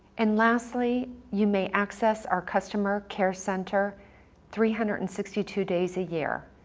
and lastly, you may access our customer care center three hundred and sixty two days a year.